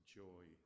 joy